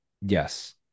Yes